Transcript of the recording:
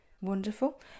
wonderful